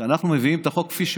שאנחנו מביאים את החוק כפי שהוא.